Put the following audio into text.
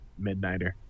Midnighter